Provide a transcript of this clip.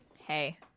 hey